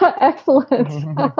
Excellent